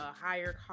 Higher